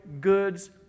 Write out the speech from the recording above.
goods